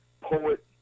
poet